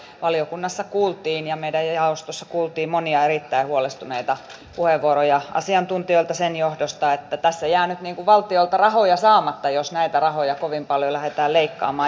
valiokunnassa ja meidän jaostossamme kuultiin monia erittäin huolestuneita puheenvuoroja asiantuntijoilta sen johdosta että tässä jää nyt valtiolta rahoja saamatta jos näitä rahoja kovin paljon lähdetään leikkaamaan